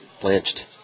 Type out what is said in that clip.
Blanched